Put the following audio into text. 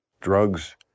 drugs